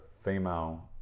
female